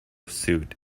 suit